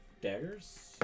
daggers